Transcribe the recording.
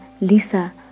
lisa